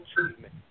treatment